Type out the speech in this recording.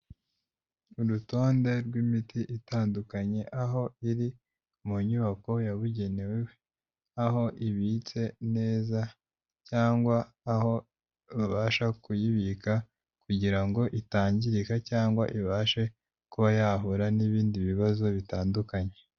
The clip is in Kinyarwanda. Urutonde rw'imiti itandukanye aho iri mu nyubako yabugenewe, aho ibitse neza cyangwa aho babasha kuyibika kugira ngo itangirika cyangwa ibashe kuba yahura n'ibindi bibazo bitandukanye.